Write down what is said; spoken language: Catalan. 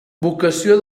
revocació